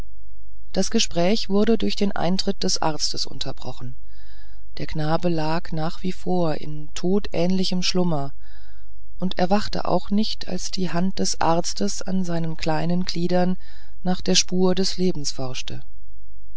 das gespräch wurde durch den eintritt des arztes unterbrochen der knabe lag nach wie vor in todähnlichem schlummer und erwachte auch nicht als die hand des arztes an seinen kleinen gliedern nach der spur des lebens forschte